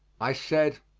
i said,